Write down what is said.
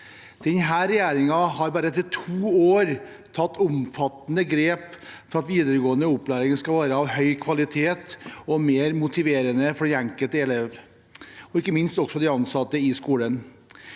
Denne regjeringen har etter bare to år tatt omfattende grep for at videregående opplæring skal være av høy kvalitet og mer motiverende for den enkelte elev og ikke minst for de ansatte i skolen.